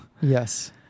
Yes